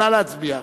נא להצביע.